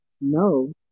No